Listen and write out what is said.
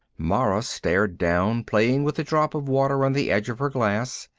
mara stared down, playing with a drop of water on the edge of her glass.